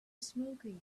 smoking